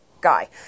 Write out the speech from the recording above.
guy